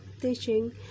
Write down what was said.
teaching